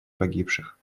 погибших